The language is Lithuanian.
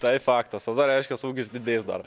tai faktas tai reiškias ūkis didės dar